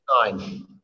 nine